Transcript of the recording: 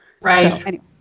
Right